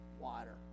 water